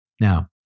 Now